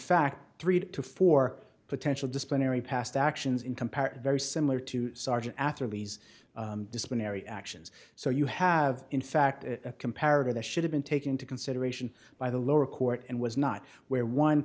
fact three to four potential disciplinary past actions in compare very similar to sergeant after lee's disciplinary actions so you have in fact a comparative the should have been taken into consideration by the lower court and was not where one